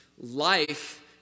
life